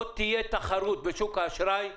לא תהיה תחרות בשוק משמעותית האשראי ,